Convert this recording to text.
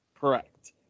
Correct